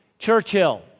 Churchill